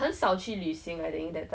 like I've actually